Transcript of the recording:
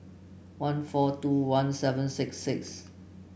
one four two one seven six six